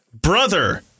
brother